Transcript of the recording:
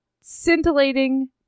scintillating